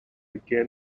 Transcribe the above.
again